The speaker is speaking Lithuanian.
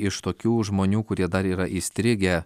iš tokių žmonių kurie dar yra įstrigę